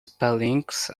spellings